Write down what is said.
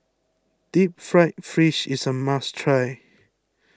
Deep Fried Fish is a must try